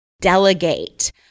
delegate